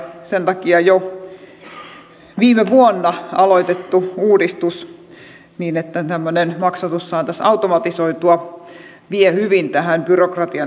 sen takia jo viime vuonna aloitettu uudistus että tämmöinen maksatus saataisiin automatisoitua vie hyvin tähän byrokratian vähentämissuuntaan